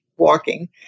walking